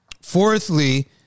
Fourthly